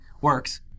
works